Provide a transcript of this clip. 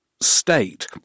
state